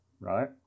Right